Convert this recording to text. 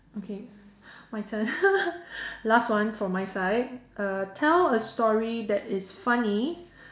okay my turn last one from my side uh tell a story that is funny